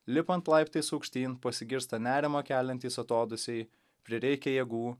lipant laiptais aukštyn pasigirsta nerimą keliantys atodūsiai prireikia jėgų